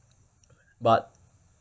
but